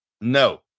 no